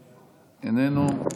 איננו.